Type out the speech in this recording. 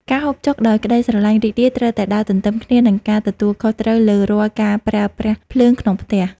ការហូបចុកដោយក្តីសប្បាយរីករាយត្រូវតែដើរទន្ទឹមគ្នានឹងការទទួលខុសត្រូវលើរាល់ការប្រើប្រាស់ភ្លើងក្នុងផ្ទះ។